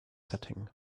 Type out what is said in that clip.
setting